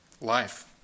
life